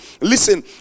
Listen